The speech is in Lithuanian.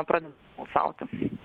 pradeda smalsauti